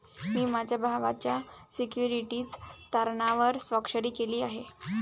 मी माझ्या भावाच्या सिक्युरिटीज तारणावर स्वाक्षरी केली आहे